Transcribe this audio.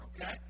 Okay